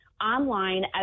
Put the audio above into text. online